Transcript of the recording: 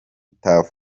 tuff